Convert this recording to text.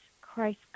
Christ